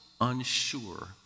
unsure